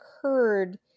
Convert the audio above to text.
occurred